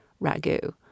ragu